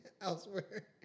elsewhere